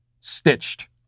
stitched